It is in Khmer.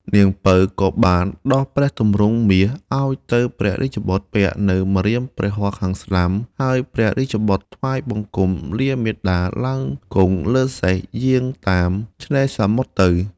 នាង ពៅ ក៏បានដោះព្រះទម្រង់មាសឲ្យទៅព្រះរាជបុត្រពាក់នៅម្រាមព្រះហស្តខាងស្តាំ ហើយព្រះរាជបុត្រថ្វាយបង្គំលាមាតាឡើងគង់លើសេះយាងតាមឆេ្នរសមុទ្រទៅ។